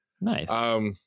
Nice